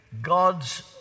God's